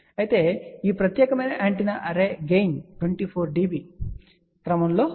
కాబట్టి ఈ ప్రత్యేకమైన యాంటెన్నా అర్రే గెయిన్ 24 dB యొక్క క్రమంలో ఉంటుంది